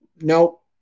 nope